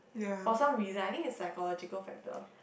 for some reasons I think is phycological factor